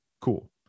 Cool